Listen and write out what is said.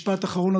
משפט אחרון,